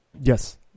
Yes